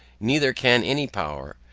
neither can any power,